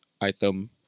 item